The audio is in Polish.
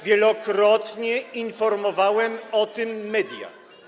Wielokrotnie informowałem o tym media.